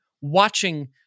watching